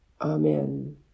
Amen